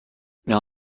leur